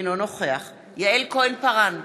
אינו נוכח יעל כהן-פארן,